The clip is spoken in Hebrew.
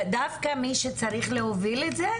דווקא מי שצריך להוביל את זה,